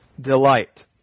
delight